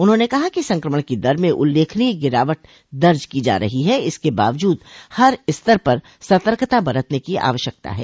उन्होंने कहा कि संक्रमण की दर में उल्लेखनीय गिरावट दर्ज की जा रही है इसके बावजूद हर स्तर पर सतर्कता बरतने की आवश्यकता है